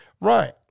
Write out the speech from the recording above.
Right